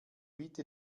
bitte